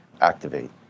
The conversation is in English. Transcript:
activate